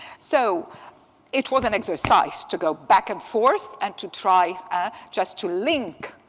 so it was an exercise to go back and forth and to try just to link.